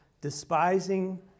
despising